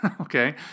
Okay